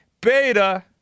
Beta